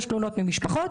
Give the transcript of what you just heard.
יש תלונות ממשפחות,